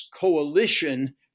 coalition